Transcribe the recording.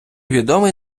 відомий